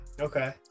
Okay